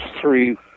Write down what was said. three